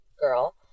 girl